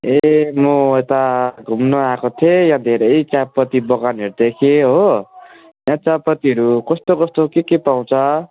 ए म यता घुम्नु आएको थिएँ यहाँ धेरै चियापत्ती बगानहरू देखेँ हो यहाँ चिया पत्तीहरू कस्तो कस्तो के के पाउँछ